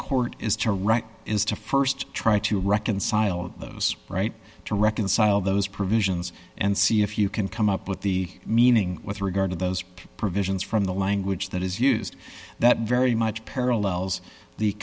court is to write is to st try to reconcile those right to reconcile those provisions and see if you can come up with the meaning with regard to those provisions from the language that is used that very much parallels the